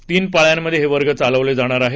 तीन पाळ्यांमधे हे वर्ग चालवले जाणार आहेत